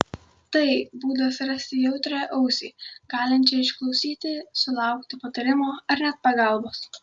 tai būdas rasti jautrią ausį galinčią išklausyti sulaukti patarimo ar net pagalbos